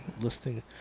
listing